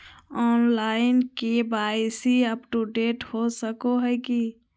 Online KYC update हो सको है की?